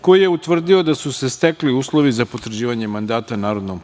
koji je utvrdio da su se stekli uslovi za potvrđivanje mandata narodnom